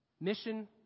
Mission